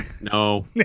No